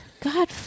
god